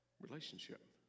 Relationship